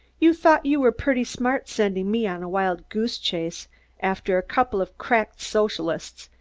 you thought you were pretty smart sendin' me on a wild-goose chase after a couple of cracked socialists,